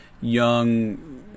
young